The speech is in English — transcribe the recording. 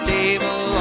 Stable